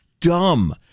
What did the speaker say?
dumb